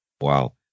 Wow